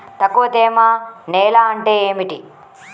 తక్కువ తేమ నేల అంటే ఏమిటి?